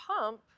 pump